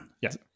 Yes